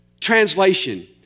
Translation